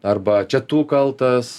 arba čia tu kaltas